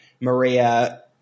Maria